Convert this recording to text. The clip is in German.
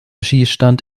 schießstand